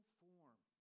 form